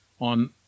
on